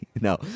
No